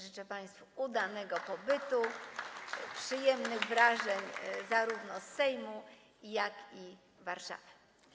Życzę państwu udanego pobytu i przyjemnych wrażeń zarówno z Sejmu, jak i z Warszawy.